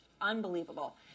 unbelievable